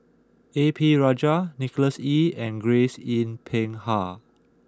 A P Rajah Nicholas Ee and Grace Yin Peck Ha